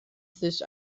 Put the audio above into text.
sich